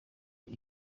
ibi